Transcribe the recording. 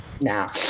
now